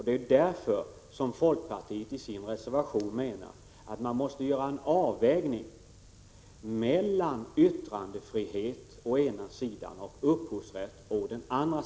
Det är därför som man enligt folkpartiets mening måste göra en avvägning mellan yttrandefrihet å ena sidan och upphovsrätt å den andra.